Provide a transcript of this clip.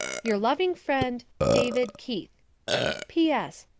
your loving friend david keith p s.